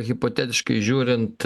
hipotetiškai žiūrint